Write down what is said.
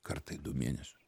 kartą į du mėnesius